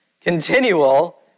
continual